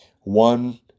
One